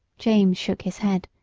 james shook his head,